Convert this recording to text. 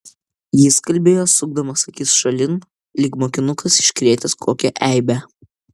jis kalbėjo sukdamas akis šalin lyg mokinukas iškrėtęs kokią eibę